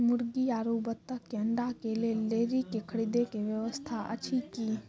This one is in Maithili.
मुर्गी आरु बत्तक के अंडा के लेल डेयरी के खरीदे के व्यवस्था अछि कि?